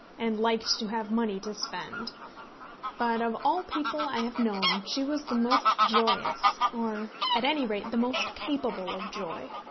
and liked to have money to spend but of all people i have known she was the most joyous, or, at any rate, the most capable of joy.